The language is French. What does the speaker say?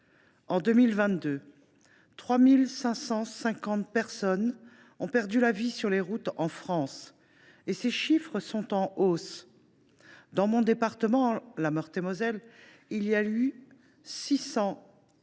en 2022, 3 550 personnes ont perdu la vie sur les routes en France – ces chiffres sont en hausse. Dans mon département de Meurthe et Moselle, il y a eu 601